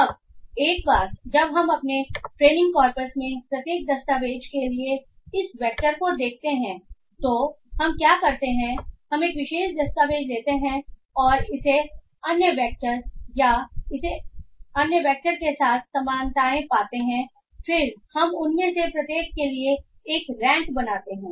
अब एक बार जब हम अपने ट्रेनिंग कॉर्पस में प्रत्येक दस्तावेज के लिए इस वेक्टर को देखते हैं तो हम क्या करते हैं हम एक विशेष दस्तावेज़ लेते हैं और इसे अन्य वैक्टर या हम इसे अन्य वैक्टर के साथ समानताएं पाते हैं और फिर हम उनमें से प्रत्येक के लिए एक रैंक बनाते हैं